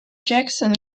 jackson